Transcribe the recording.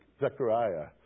Zechariah